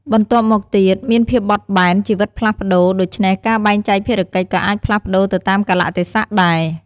បន្ទាប់មកទៀត មានភាពបត់បែន ជីវិតផ្លាស់ប្តូរ ដូច្នេះការបែងចែកភារកិច្ចក៏អាចផ្លាស់ប្តូរទៅតាមកាលៈទេសៈដែរ។